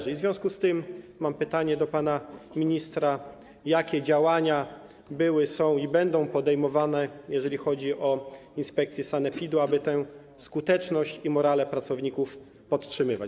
I w związku z tym mam pytanie do pana ministra: Jakie działania były, są i będą podejmowane, jeżeli chodzi o inspekcję sanepidu, aby tę skuteczność i morale pracowników podtrzymywać?